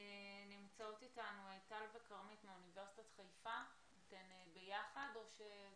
ד"ר נעה שפיגלמן, מאוניברסיטת חיפה, בבקשה.